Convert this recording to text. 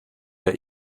der